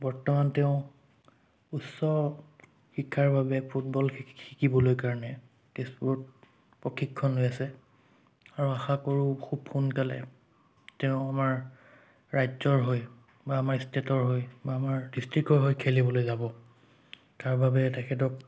বৰ্তমান তেওঁ উচ্চ শিক্ষাৰ বাবে ফুটবল শি শিকিবলৈ কাৰণে তেজপুৰত প্ৰশিক্ষণ লৈ আছে আৰু আশা কৰোঁ খুব সোনকালে তেওঁ আমাৰ ৰাজ্যৰ হৈ বা আমাৰ ষ্টেটৰ হৈ বা আমাৰ ডিষ্ট্ৰিক্টৰ হৈ খেলিবলৈ যাব তাৰবাবে তেখেতক